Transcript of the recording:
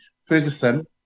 Ferguson